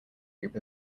group